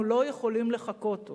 אנחנו לא יכולים לחכות עוד.